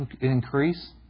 increase